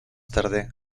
tarde